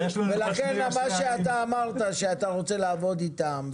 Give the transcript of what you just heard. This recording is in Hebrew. לכן כשאמרת שאתה רוצה לעבוד איתם,